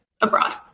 abroad